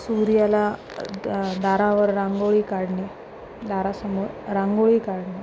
सूर्याला द दारावर रांगोळी काढणे दारासमोर रांगोळी काढणे